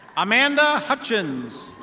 amanda hutchins.